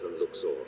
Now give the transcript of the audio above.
Luxor